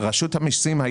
רשות המיסים,